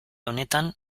honetan